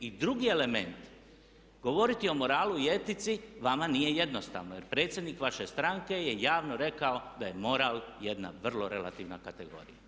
I drugi element, govoriti o moralu i etici vama nije jednostavno, jer predsjednik vaše stranke je javno rekao da je moral jedna vrlo relativna kategorija.